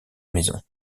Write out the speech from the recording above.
maison